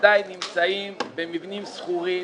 עדיין נמצאים במבנים שכורים.